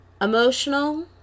Emotional